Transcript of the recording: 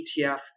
ETF